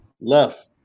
Left